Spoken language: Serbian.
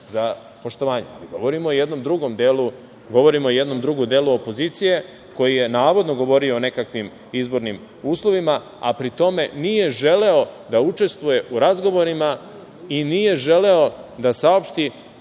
za poštovanje. Govorim o jednom drugom delu opozicije koji je, navodno, govorio o nekakvim izbornim uslovima, a pri tome nije želeo da učestvuje u razgovorima i nije želeo da saopšti